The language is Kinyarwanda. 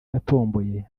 yatomboye